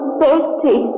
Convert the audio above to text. thirsty